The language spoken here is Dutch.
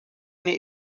niet